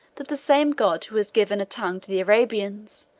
that the same god who has given a tongue to the arabians,